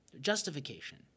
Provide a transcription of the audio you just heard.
Justification